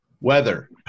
weather